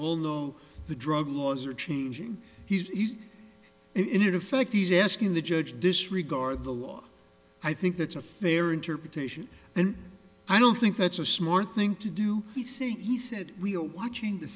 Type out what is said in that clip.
all know the drug laws are changing he's in effect he's asking the judge disregard the law i think that's a fair interpretation and i don't think that's a smart thing to do he said he said we are watching the